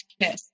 kiss